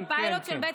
הפיילוט של בית